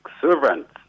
servants